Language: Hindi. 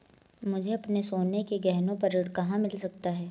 मुझे अपने सोने के गहनों पर ऋण कहाँ मिल सकता है?